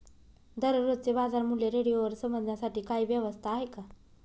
दररोजचे बाजारमूल्य रेडिओवर समजण्यासाठी काही व्यवस्था आहे का?